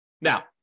Now